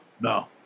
No